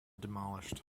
demolished